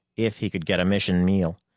if he could get a mission meal.